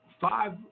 five